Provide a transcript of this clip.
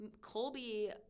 Colby